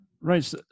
Right